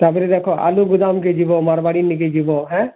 ତା'ର୍ପରେ ଦେଖ ଆଲୁ ଗୁଦାମ୍ କେ ଯିବ ମାର୍ବାଡ଼ି ନିକେ ଯିବ ହେଁ